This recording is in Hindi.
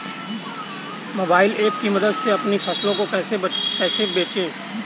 मोबाइल ऐप की मदद से अपनी फसलों को कैसे बेचें?